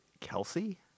Kelsey